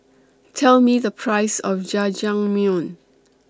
Tell Me The Price of Jajangmyeon